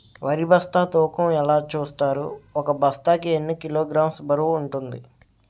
వరి బస్తా తూకం ఎలా చూస్తారు? ఒక బస్తా కి ఎన్ని కిలోగ్రామ్స్ బరువు వుంటుంది?